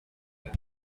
than